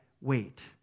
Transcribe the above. wait